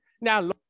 now